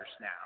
now